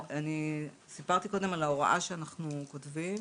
סיפרתי קודם על ההוראה שאנחנו כותבים,